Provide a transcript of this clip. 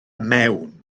mewn